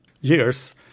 years